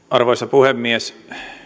arvoisa puhemies